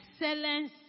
excellence